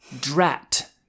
drat